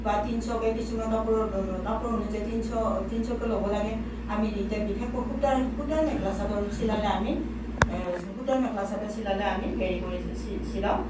বা তিনিশকৈ কিছুমান কাপোৰৰ কাপোৰ অনুযায়ী তিনিশ তিনিশকৈ ল'ব লাগে আমি এতিয়া বিশেষকৈ সূতাৰ সূতাৰ মেখেলা চাদৰ চিলালে আমি সূতাৰ মেখেলা চাদৰ চিলালে আমি হেৰি কৰি চিলাওঁ